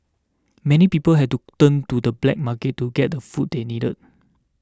many people had to turn to the black market to get the food they needed